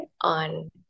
on